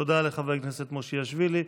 תודה לחבר הכנסת מושיאשוילי.